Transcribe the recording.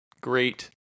Great